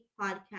podcast